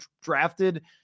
drafted